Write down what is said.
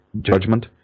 judgment